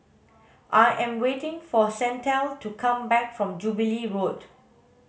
I am waiting for Shantel to come back from Jubilee Road